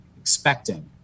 expecting